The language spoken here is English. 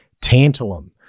tantalum